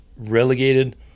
relegated